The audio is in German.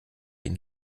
ihn